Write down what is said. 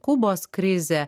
kubos krizė